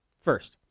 first